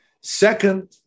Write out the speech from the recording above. Second